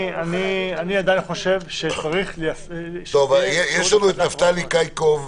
אני עדיין חושב שצריך עוד --- יש את נפתלי קאיקוב,